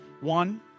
one